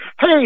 Hey